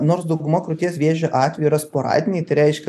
nors dauguma krūties vėžio atvejų yra sporadiniai tai reiškia